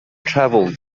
traveled